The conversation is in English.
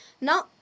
now